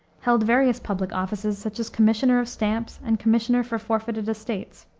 held various public offices, such as commissioner of stamps and commissioner for forfeited estates,